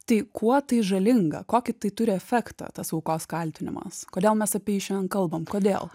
tai kuo tai žalinga kokį tai turi efektą tas aukos kaltinimas kodėl mes apie jį šiandien kalbam kodėl